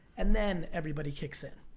and then everybody kicks in.